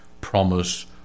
promise